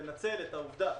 ננצל את העובדה